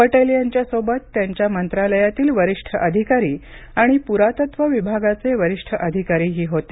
पटेल यांच्यासोबत त्यांच्या मंत्रालयातील वरिष्ठ अधिकारी आणि पुरातत्व विभागाचे वरिष्ठ अधिकारीही होते